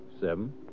Seven